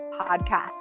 Podcast